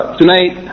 tonight